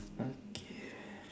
okay